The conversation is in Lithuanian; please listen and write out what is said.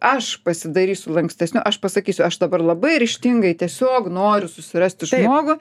aš pasidarysiu lankstesniu aš pasakysiu aš dabar labai ryžtingai tiesiog noriu susirasti žmogų